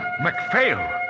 Macphail